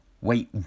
wait